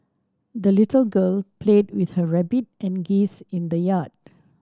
the little girl played with her rabbit and geese in the yard